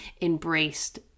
embraced